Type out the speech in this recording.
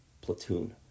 Platoon